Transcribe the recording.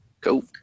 Cool